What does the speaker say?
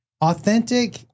authentic